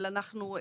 אבל אנחנו,